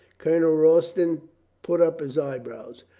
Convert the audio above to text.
colonel royston put up his eyebrows.